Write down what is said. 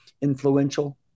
influential